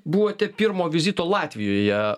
buvote pirmo vizito latvijoje